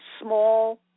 small